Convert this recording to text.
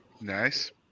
Nice